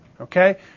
Okay